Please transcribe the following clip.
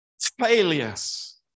failures